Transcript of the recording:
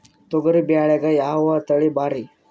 ತೊಗರಿ ಬ್ಯಾಳ್ಯಾಗ ಯಾವ ತಳಿ ಭಾರಿ?